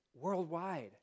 worldwide